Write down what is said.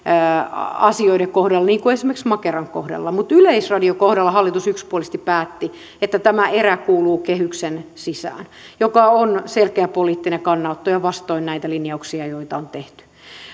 asioiden kohdalla niin kuin esimerkiksi makeran kohdalla mutta yleisradion kohdalla hallitus yksipuolisesti päätti että tämä erä kuuluu kehyksen sisään mikä on selkeä poliittinen kannanotto ja vastoin näitä linjauksia joita on tehty